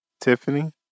Tiffany